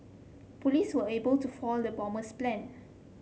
police were able to foil the bomber's plan